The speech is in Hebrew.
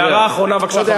הערה אחרונה, בבקשה.